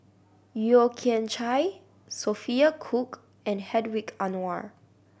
Yeo Kian Chai Sophia Cooke and Hedwig Anuar